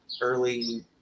early